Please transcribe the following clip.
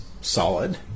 solid